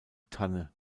tanne